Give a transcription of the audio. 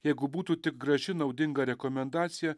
jeigu būtų tik graži naudinga rekomendacija